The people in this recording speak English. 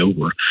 over